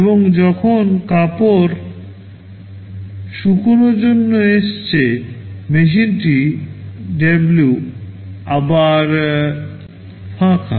এবং যখন কাপড় 1 শুকানোর জন্য এসেছে মেশিন ডাব্লু আবার ফাঁকা